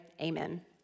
amen